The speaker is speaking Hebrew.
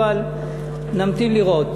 אבל נמתין לראות.